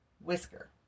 Whisker